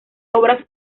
obras